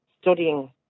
studying